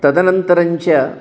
तदनन्तरञ्च